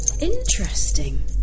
Interesting